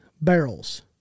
barrels